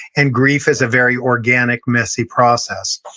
and grief is a very organic messy process.